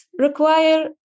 require